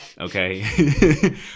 Okay